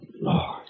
Lord